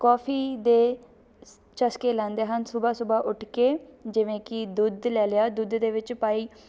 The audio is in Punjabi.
ਕੋਫੀ ਦੇ ਚਸਕੇ ਲੈਂਦੇ ਹਨ ਸੁਬਾਹ ਸੁਬਾਹ ਉੱਠ ਕੇ ਜਿਵੇਂ ਕਿ ਦੁੱਧ ਲੈ ਲਿਆ ਦੁੱਧ ਦੇ ਵਿੱਚ ਪਾਈ